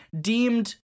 deemed